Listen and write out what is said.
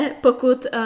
pokud